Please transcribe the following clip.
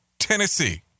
Tennessee